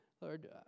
Lord